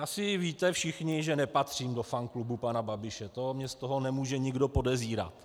Asi víte všichni, že nepatřím do fanklubu pana Babiše, to mě z toho nemůže nikdo podezírat.